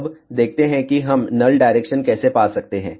अब देखते हैं कि हम नल डायरेक्शन कैसे पा सकते हैं